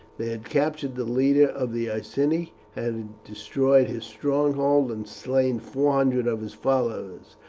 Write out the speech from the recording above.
they had captured the leader of the iceni, had destroyed his stronghold and slain four hundred of his followers,